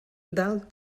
dalt